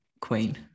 queen